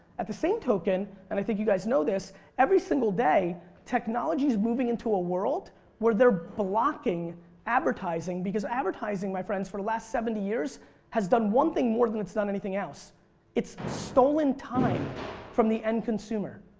at the same token and i think you guys know this every single day technology's moving into a world where they're blocking advertising because advertising my friends for the last seventy years has done one thing more than it's on anything else it's stolen time from the end consumer.